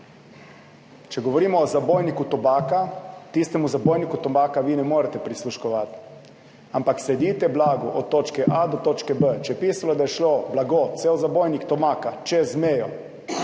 Če govorimo o zabojniku tobaka, tistemu zabojniku tobaka vi ne morete prisluškovati, ampak sedite blagu od točke A do točke B. Če je pisalo, da je šlo blago, cel zabojnik tobaka čez mejo